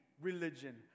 religion